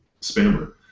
spammer